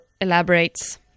elaborates